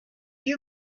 you